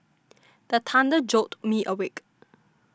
the thunder jolt me awake